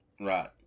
right